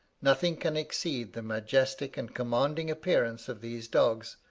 nothing can exceed the majestic and commanding appearance of these dogs,